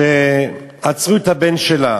שעצרו את הבן שלה,